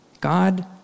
God